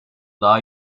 daha